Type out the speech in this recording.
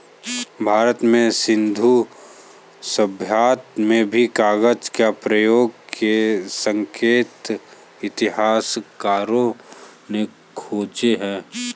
भारत में सिन्धु सभ्यता में भी कागज के प्रयोग के संकेत इतिहासकारों ने खोजे हैं